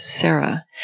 Sarah